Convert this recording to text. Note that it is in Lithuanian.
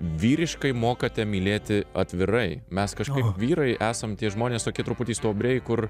vyriškai mokate mylėti atvirai mes kažkaip vyrai esam tie žmonės toki truputį stuobriai kur